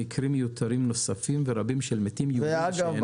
יש מקרים מיותרים נוספים ורבים של מתים --- אגב,